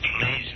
Please